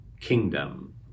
kingdom